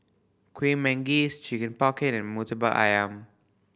Kueh Manggis Chicken Pocket and Murtabak Ayam